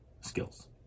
skills